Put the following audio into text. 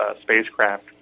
spacecraft